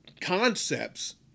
concepts